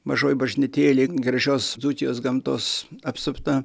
mažoj bažnytėlėj gražios dzūkijos gamtos apsupta